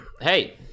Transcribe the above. hey